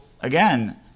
again